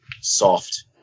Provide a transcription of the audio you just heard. soft